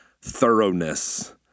thoroughness